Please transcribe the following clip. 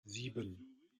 sieben